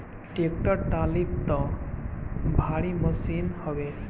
tractor trolley तअ भारी machine हवे